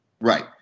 Right